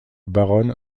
baronne